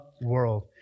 world